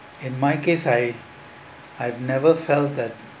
in my case I I've never felt that